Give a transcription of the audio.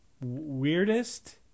weirdest